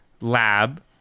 lab